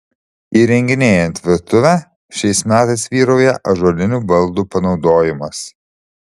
įrenginėjant virtuvę šiais metais vyrauja ąžuolinių baldų panaudojimas